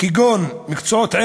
כמו שציין חברי,